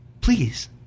please